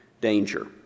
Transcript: danger